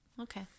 okay